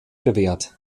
bewährt